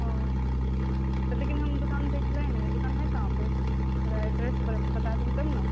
ओ लेकिन हम दुकान देख लेबै ने दुकान है कहाँ पे हमरा एड्रेस बता देबै तब ने